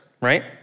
right